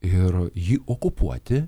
ir jį okupuoti